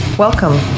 Welcome